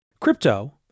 Crypto